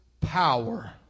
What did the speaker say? power